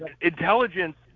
intelligence –